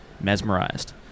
mesmerized